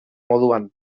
moduan